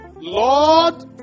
Lord